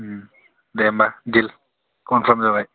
दे होनबा दिल कनफार्म जाबाय